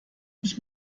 mich